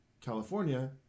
California